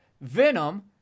Venom